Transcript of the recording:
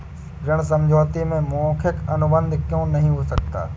ऋण समझौते में मौखिक अनुबंध क्यों नहीं हो सकता?